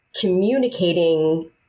communicating